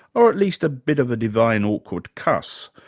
or at least a bit of a divine awkward cuss?